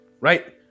Right